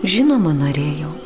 žinoma norėjau